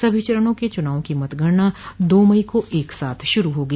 सभी चरणों के चुनावों की मतगणना दो मई को एक साथ शुरू होगी